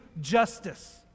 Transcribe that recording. justice